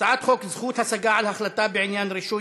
הצעת חוק זכות השגה על החלטה בעניין רישוי